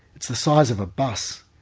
it's the size of a bus.